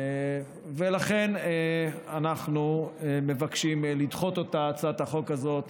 ולכן אנחנו מבקשים לדחות את הצעת החוק הזאת.